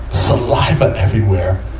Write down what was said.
saliva everywhere.